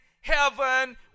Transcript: heaven